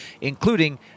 including